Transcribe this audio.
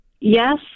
Yes